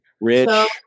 Rich